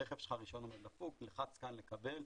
רישיון הרכב שלך עומד לפוג, לחץ כאן לקבל.